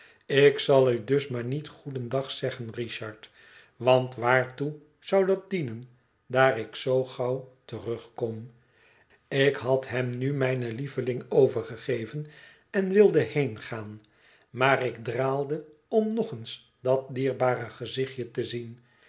ik zal u dus maar niet goedendag zeggen richard want waartoe zou dat dienen daar ik zoo gauw terugkom ik had hem nu mijne lieveling overgegeven en wilde heengaan maar ik draalde om nog eens dat dierbare gezichtje te zien